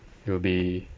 it will be